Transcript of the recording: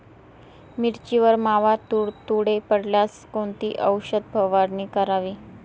मिरचीवर मावा, तुडतुडे पडल्यास कोणती औषध फवारणी करावी?